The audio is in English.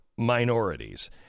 Minorities